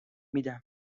میدم